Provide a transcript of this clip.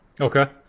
Okay